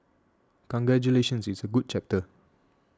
congratulations it's a good chapter